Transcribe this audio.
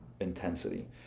intensity